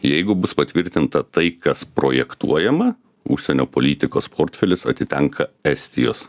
jeigu bus patvirtinta tai kas projektuojama užsienio politikos portfelis atitenka estijos